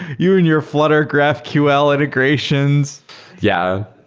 you and your flutter graphql integrations yeah.